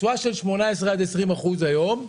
תשואה של 18 עד 20 אחוז היום,